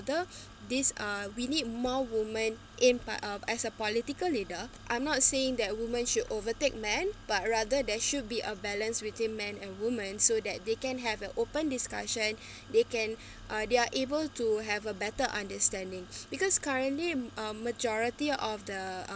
this uh we need more women in part as a political leader I'm not saying that women should overtake man but rather there should be a balance between men and women so that they can have an open discussion they can uh they're able to have a better understanding because currently a majority of the